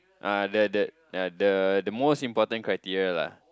ah that that ya the the most important criteria lah